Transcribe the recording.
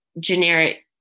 generic